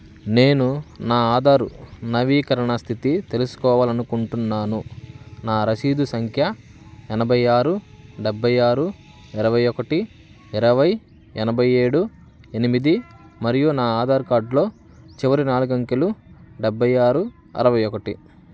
నేను నా ఆధార్ నవీకరణ స్థితి తెలుసుకోవాలనుకుంటున్నాను నా రసీదు సంఖ్య ఎనభై ఆరు డెబ్బై ఆరు ఇరవై ఒకటి ఇరవై ఎనభై ఏడు ఎనిమిది మరియు నా ఆధార్కార్డ్లో చివరి నాలుగు అంకెలు డెబ్బై ఆరు అరవై ఒకటి